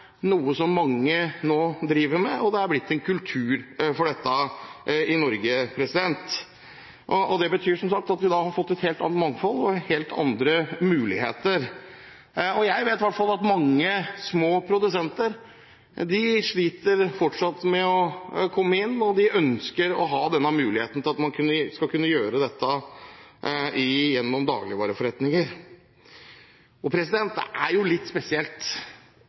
noe som mange nå driver med, og det har blitt en kultur for dette i Norge. Det betyr, som sagt, at vi har fått et helt annet mangfold og helt andre muligheter. Og jeg vet i hvert fall at mange små produsenter fortsatt sliter med å komme inn, og de ønsker å ha denne muligheten til å kunne gjøre dette gjennom dagligvareforretninger. Det er jo litt spesielt